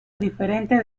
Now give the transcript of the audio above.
diferente